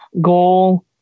goal